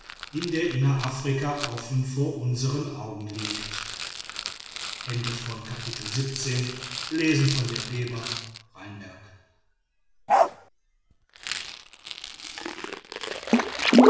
in der innerafrika offen vor unsern augen liegt